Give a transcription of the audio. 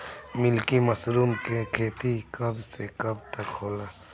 Milky mushroom के खेती कब से कब तक होला?